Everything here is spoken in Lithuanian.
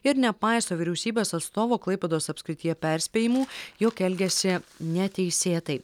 ir nepaiso vyriausybės atstovo klaipėdos apskrityje perspėjimų jog elgiasi neteisėtai